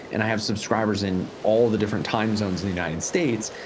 and i have subscribers in all the different time zones in the united states,